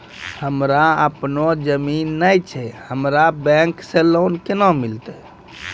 हमरा आपनौ जमीन नैय छै हमरा बैंक से लोन केना मिलतै?